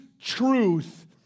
truth